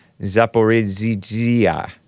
Zaporizhzhia